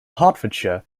hertfordshire